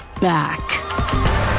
back